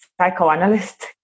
psychoanalyst